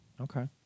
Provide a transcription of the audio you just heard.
Okay